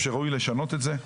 אני חושב שראוי לשנות את זה,